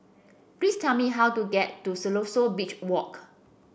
please tell me how to get to Siloso Beach Walk